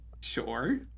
Sure